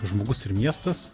žmogus ir miestas